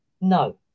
no